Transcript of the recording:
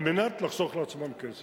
כדי לחסוך לעצמם כסף.